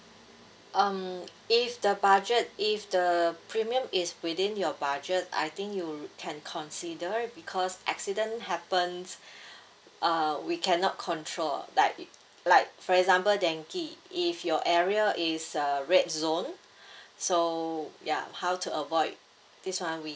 um if the budget if the premium is within your budget I think you can consider because accident happens uh we cannot control like it like for example dengue if your area is a red zone so ya how to avoid this [one] we